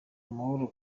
amahoro